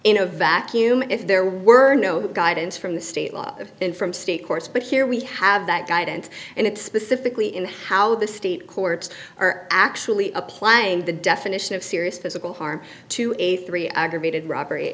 in a vacuum if there were no guidance from the state law then from state courts but here we have that guidance and it's specifically in how the state courts are actually applying the definition of serious physical harm to a three are graded robbery